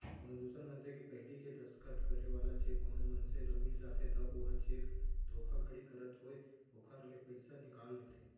कोनो दूसर मनसे के पहिली ले दस्खत करे वाला चेक कोनो मनसे ल मिल जाथे त ओहा चेक धोखाघड़ी करत होय ओखर ले पइसा निकाल लेथे